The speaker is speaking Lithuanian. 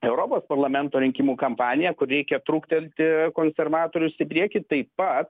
europos parlamento rinkimų kampanija kur reikia truktelti konservatorius į priekį taip pat